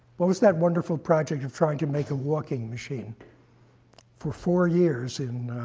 what was that wonderful project of trying to make a walking machine for four years in